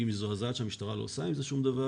היא מזועזעת שהמשטרה לא עושה עם זה שום דבר.